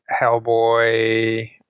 Hellboy